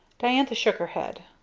diantha shook her head.